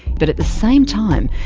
but at the same time,